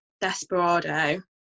desperado